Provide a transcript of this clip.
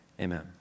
amen